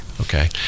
Okay